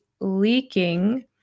leaking